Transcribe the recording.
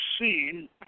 seen